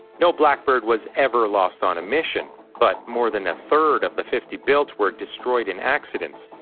no blackbird was ever lost on a mission, but more than a third of the fifty built were destroyed in accidents.